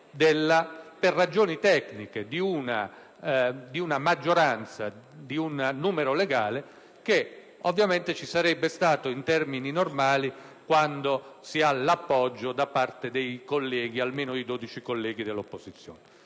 per ragioni tecniche, di una maggioranza e di un numero legale, che ovviamente ci sarebbe stato in termini normali, quando si ha l'appoggio da parte di almeno 12 colleghi dell'opposizione.